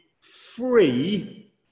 free